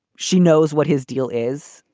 she knows what his deal is.